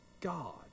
God